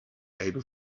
able